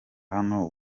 hano